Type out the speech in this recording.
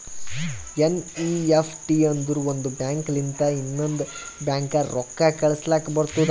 NEFT ಅಂದುರ್ ಒಂದ್ bank ಲಿಂತ ಇನ್ನಾ ಒಂದ್ ಬ್ಯಾಂಕ್ಗ ರೊಕ್ಕಾ ಕಳುಸ್ಲಾಕ್ ಬರ್ತುದ್